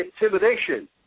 intimidation